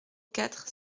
quatre